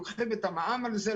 לוקחים את המע"מ על זה,